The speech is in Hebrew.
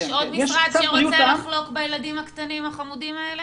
יש עוד משרד שרוצה לחלוק בילדים הקטנים החמודים האלה?